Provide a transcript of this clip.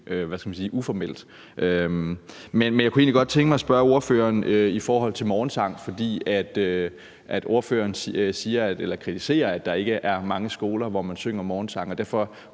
politiske. Men jeg kunne egentlig godt tænke mig at spørge ordføreren til morgensang. For ordføreren kritiserer, at der ikke er mange skoler, hvor man synger morgensang.